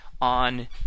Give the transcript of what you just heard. on